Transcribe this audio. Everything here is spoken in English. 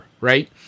right